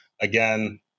Again